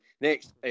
next